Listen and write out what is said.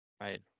Right